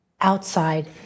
outside